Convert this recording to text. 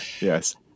Yes